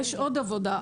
יש עוד עבודה.